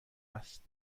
است